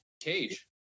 cage